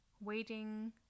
waiting